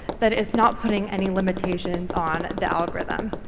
that it's not putting any limitations on the algorithm.